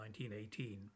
1918